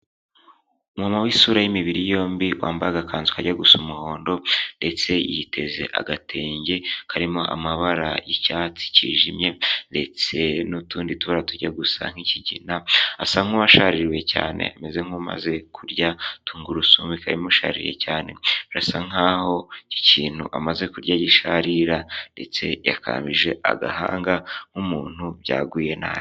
Umumama w'isura y'imibiri yombi, wambaye agakanzu kajya gusa umuhondo, ndetse yiteze agatenge karimo amabara y'icyatsi kijimye ndetse n'utundi tubara tujya gusa nk'ikigina, asa nkuwashariwe cyane ameze nk'umaze kurya tungurusumu ikaba imushariye cyane, birasa nkaho ikintu amaze kurya gisharira, ndetse yakambije agahanga nk'umuntu byaguye nabi.